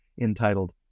entitled